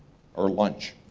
or lunch?